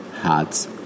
hats